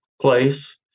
place